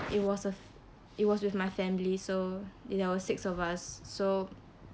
it was a f~ it was with my family so there were six of us so